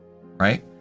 right